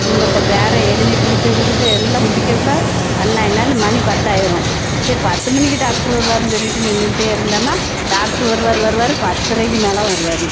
இவங்கள்ட பேர எழுதிக்குடுத்துக்கிடுக்க எல்லாம் முடிக்கக்குள்ள அன்ன இன்னான்னு மணி பத்தாயிடும் சரி பத்து மணிக்கு டாக்ட்ரு வருவாருன்னு சொல்லிகிட்டு நின்றுக்கிட்டே இருந்தோம்னா டாக்ட்ரு வருவாரு வருவாரு பத்தரைக்கு மேலே வருவாரு